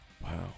Wow